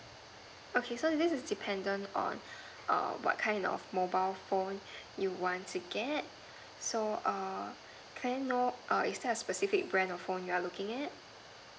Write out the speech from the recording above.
okay so this is dependent on err what kind of mobile phone you want to get so err can I know err is there a specific brand of phone you're looking at